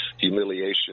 humiliation